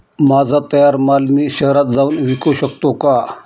माझा तयार माल मी शहरात जाऊन विकू शकतो का?